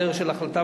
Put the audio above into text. על דרך של החלטה,